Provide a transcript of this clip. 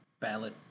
Ballot